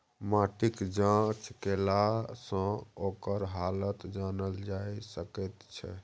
माटिक जाँच केलासँ ओकर हालत जानल जा सकैत छै